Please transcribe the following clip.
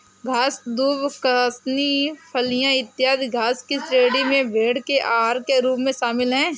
घास, दूब, कासनी, फलियाँ, इत्यादि घास की श्रेणी में भेंड़ के आहार के रूप में शामिल है